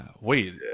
Wait